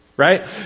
Right